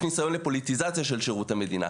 ניסיון של פוליטיזציה של שירות המדינה,